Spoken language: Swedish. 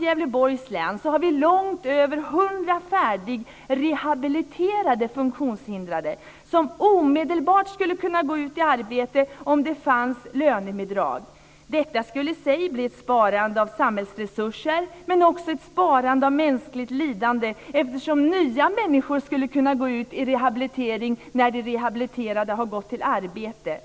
Gävleborgs län har vi långt över 100 färdigrehabiliterade funktionshindrade som omedelbart skulle kunna gå ut i arbete, om det fanns lönebidrag. Detta skulle i sig spara samhällsresurser och mänskligt lidande, eftersom nya människor skulle kunna börja rehabiliteras när de rehabiliterade har gått ut i arbete.